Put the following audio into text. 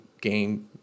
game